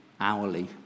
hourly